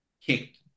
kicked